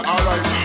Alright